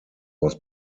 was